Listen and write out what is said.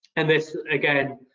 and this, again,